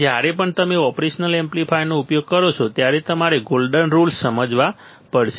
હવે જ્યારે પણ તમે ઓપરેશનલ એમ્પ્લીફાયરનો ઉપયોગ કરો છો ત્યારે તમારે ગોલ્ડન રુલ્સ સમજવા પડશે